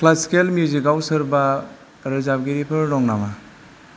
classical music आव सोरबा रोजाबगिरिफोर दं नामा